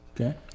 Okay